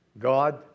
God